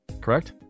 correct